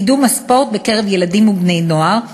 לקידום הספורט בקרב ילדים ובני-נוער,